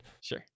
Sure